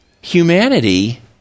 humanity